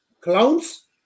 Clowns